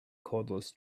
cordless